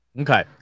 Okay